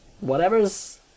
whatever's